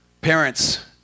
Parents